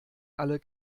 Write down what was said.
alle